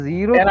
Zero